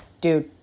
dude